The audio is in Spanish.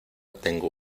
tengo